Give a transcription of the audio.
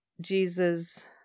Jesus